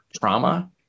trauma